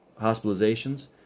hospitalizations